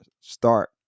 start